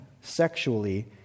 sexually